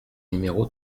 numéro